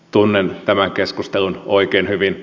tunnen tämän keskustelun oikein hyvin